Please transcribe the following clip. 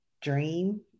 dream